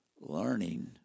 learning